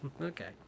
Okay